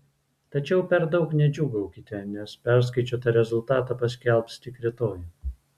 tačiau per daug nedžiūgaukite nes perskaičiuotą rezultatą paskelbs tik rytoj